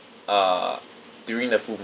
uh during the full moon